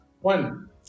One